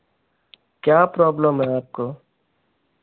क्या प्रॉब्लम है आपको